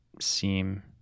seem